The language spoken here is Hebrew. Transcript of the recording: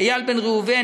איל בן ראובן,